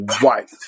White